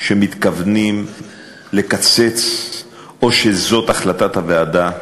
שמתכוונים לקצץ או שזאת החלטת הוועדה.